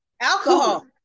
alcohol